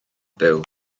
byw